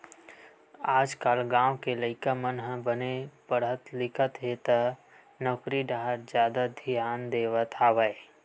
आजकाल गाँव के लइका मन ह बने पड़हत लिखत हे त नउकरी डाहर जादा धियान देवत हवय